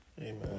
Amen